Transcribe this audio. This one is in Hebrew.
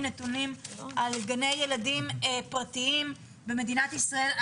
נתונים על גני ילדים פרטיים במדינת ישראל.